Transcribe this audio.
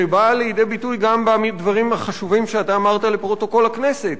שבאה לידי ביטוי גם בדברים החשובים שאתה אמרת לפרוטוקול הכנסת,